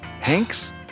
Hanks